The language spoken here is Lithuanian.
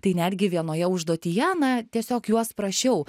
tai netgi vienoje užduotyje na tiesiog juos prašiau